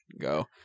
go